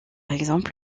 exemple